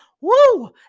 woo